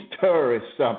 terrorists